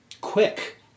quick